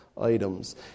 items